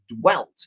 dwelt